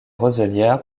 roselières